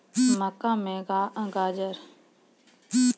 मक्का मे गाजरघास आरु भांग के निराई करे के लेली अच्छा वीडर खोजे छैय?